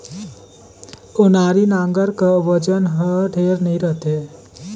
ओनारी नांगर कर ओजन हर ढेर नी रहें